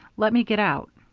let me get out.